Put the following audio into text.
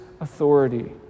authority